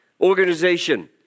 Organization